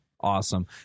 awesome